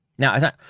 Now